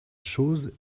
chose